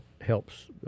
helps